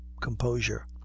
composure